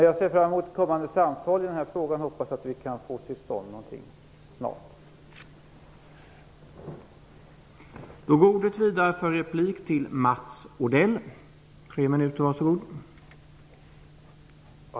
Jag ser fram emot kommande samtal i den här frågan och hoppas att vi kan få till stånd någonting snart.